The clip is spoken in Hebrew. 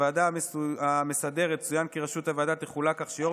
בוועדה המסדרת צוין כי ראשות הוועדה תחולק כך שיו"ר